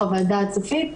חוות דעת סופית.